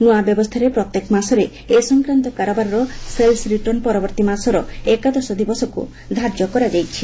ନୂଆ ବ୍ୟବସ୍ଥାରେ ପ୍ରତ୍ୟେକ ମାସରେ ଏସଂକ୍ରାନ୍ତ କାରବାରର ସେଲ୍ସ ରିଟର୍ଣ୍ଣ ପରବର୍ତ୍ତୀ ମାସର ଏକାଦଶ ଦିବସକୁ ଧାର୍ଯ୍ୟ କରାଯାଇଛି